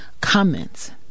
comments